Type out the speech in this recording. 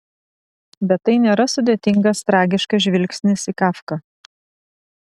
bet tai nėra sudėtingas tragiškas žvilgsnis į kafką